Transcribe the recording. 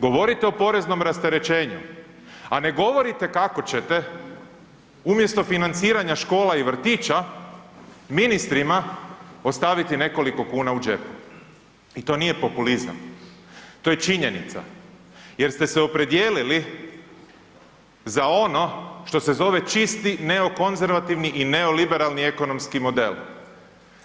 Govorite o poreznom rasterećenju, a ne govorite kako ćete umjesto financiranja škola i vrtića ministrima ostaviti nekoliko kuna u džepu i to nije populizam, to je činjenica jer ste se opredijelili za ono što se zove čisti neokonzervativni i neoliberalni ekonomski model,